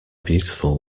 beautiful